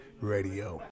Radio